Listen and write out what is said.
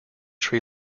tree